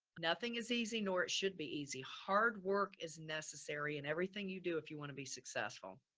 nothing is easy, nor it should be easy. hard work is necessary in everything you do. if you want to be successful,